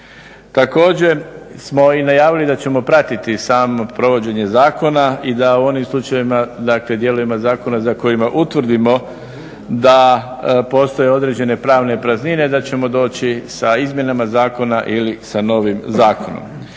Također smo najavili da ćemo pratiti samo provođenje zakona i da u onim slučajevima dijelovima zakona za koje utvrdimo da postoje određene pravne praznine da ćemo doći sa izmjenama zakona ili sa novim zakonom.